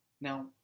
Now